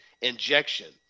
injection